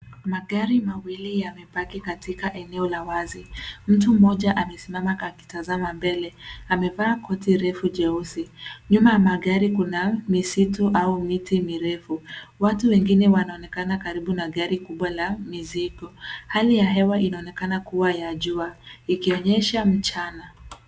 Magari mawili yamepaki katika eneo la wazi. Mtu mmoja amesimama akitazama mbele. Amevaa koti refu jeusi. Nyuma ya magari kuna misitu au miti mirefu watu wengine wanaonekana karibu na gari kubwa la mizigo. Hali ya hewa inaonekana kuwa ya jua ikionyesha mchana.